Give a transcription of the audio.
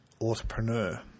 entrepreneur